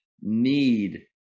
need